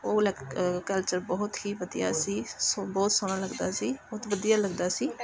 ਉਹ ਲਕ ਕਲਚਰ ਬਹੁਤ ਹੀ ਵਧੀਆ ਸੀ ਸੋ ਬਹੁਤ ਸੋਹਣਾ ਲੱਗਦਾ ਸੀ ਬਹੁਤ ਵਧੀਆ ਲੱਗਦਾ ਸੀ